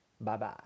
Bye-bye